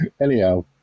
Anyhow